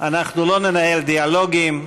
אנחנו לא ננהל דיאלוגים.